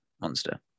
monster